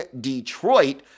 Detroit